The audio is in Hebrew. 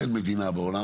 אין מדינה בעולם,